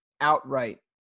outright